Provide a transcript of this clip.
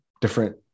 different